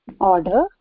Order